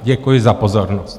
Děkuji za pozornost.